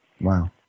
Wow